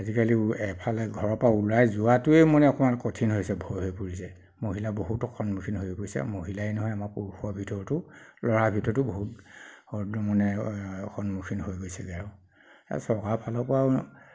আজিকালি এফালে ঘৰৰ পৰা ওলাই যোৱাটোৱে মানে অকণমান কঠিন হৈছে ভয় হৈ পৰিছে মহিলা বহুত সন্মুখীন হৈ পৰিছে মহিলায়ে নহয় আমাৰ পুৰুষৰ ভিতৰতো ল'ৰাৰ ভিতৰতো বহুত মানে সন্মুখীন হৈ গৈছেগৈ আৰু চৰকাৰ ফালৰ পৰাও